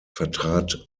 vertrat